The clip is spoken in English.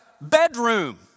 bedroom